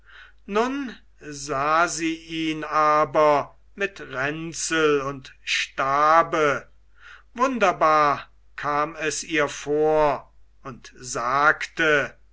nun sah sie ihn aber mit ränzel und stabe wunderbar kam es ihr vor und sagte